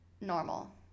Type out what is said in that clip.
normal